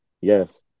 yes